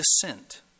descent